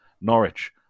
Norwich